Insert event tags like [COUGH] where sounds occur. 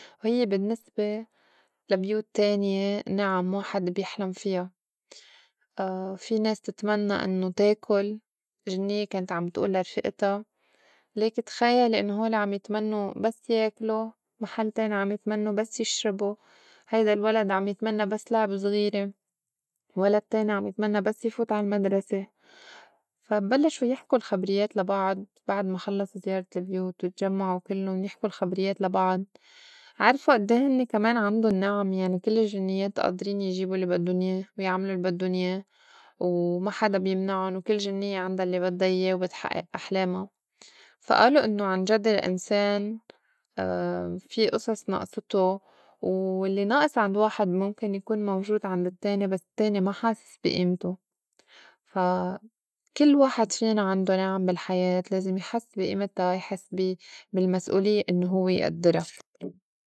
وهيّ بالنّسبة لا بيوت تانية نِعَم واحد بيحلم فيا [HESITATION] في ناس بتتمنّى إنّو تاكل جنيّة كانت عم تئول لرفيئتا ليكي تخايلي إنّو هول عم يتمنّو بس ياكلو، محل تاني عم يتمنّو بس يشربو، هيدا الولد عم يتمنّى بس لعبة زغيرة، ولد عم يتمنّى بس يفوت عالمدرسة. فا بلّشو يحكو الخبريّات لبعض بعد ما خلّصو زيارة البيوت وتجمّعو كلُّن يحكو الخبريات لبعض عرفو أدّيه هنّي كمان عندُن نِعم يعني كل الجنيّات آدرين يجيبو اللّي بدُّن ياه ويعملو البدُّن ياه و ما حدا بيمنعُن وكل جنيّة عندا الّي بدّا ياه وبنحئئ أحلاما فا آلو إنّو عنجد الانسان [HESITATION] في أصص نائصتو و اللّي نائص عند واحد مُمكن يكون موجود عند التّاني بس التّاني ما حاسس بي ئيمتو فا كل واحد فينا عندو نعم بالحياة لازم يحس بي إيمتا يحس بي- بالمسؤولية إنّو هو يئدّرا. [NOISE]